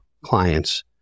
clients